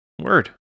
word